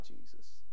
Jesus